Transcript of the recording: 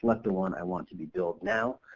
like the one i want to be billed now.